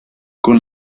con